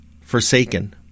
forsaken